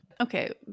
Okay